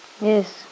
Yes